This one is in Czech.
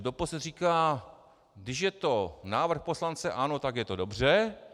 Doposud říkal: Když je to návrh poslance ANO, tak je to dobře.